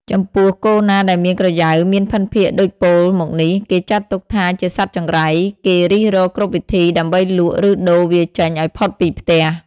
ចំពោះ គោណាដែលមានក្រយៅមានភិនភាគដូចពោលមកនេះ គេចាត់ទុកថាជាសត្វចង្រៃ គេរិះរកគ្រប់វិធីដើម្បីលក់ ឬដូរវាចេញឱ្យផុតពីផ្ទះ។